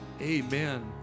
Amen